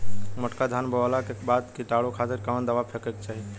मोटका धान बोवला के बाद कीटाणु के खातिर कवन दावा फेके के चाही?